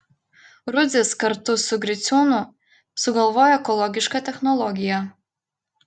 rudzis kartu su griciūnu sugalvojo ekologišką technologiją